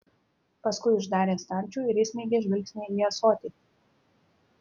paskui uždarė stalčių ir įsmeigė žvilgsnį į ąsotį